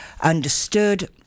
understood